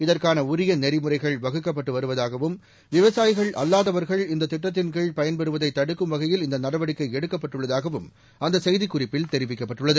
இதற்கான உரிய நெறிமுறைகள் வகுக்கப்பட்டு வருவதாகவும் விவசாயிகள் அல்லாதவர்கள் இந்த திட்டத்தின் கீழ் பயன்பெறுவதை தடுக்கும் வகையில் இந்த நடவடிக்கை எடுக்கப்பட்டுள்ளதாகவும் அந்த செய்திக்குறிப்பில் தெரிவிக்கப்பட்டுள்ளது